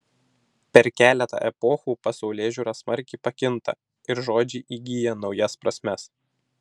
per keletą epochų pasaulėžiūra smarkiai pakinta ir žodžiai įgyja naujas prasmes